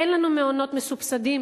אין לנו מעונות מסובסדים